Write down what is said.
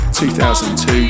2002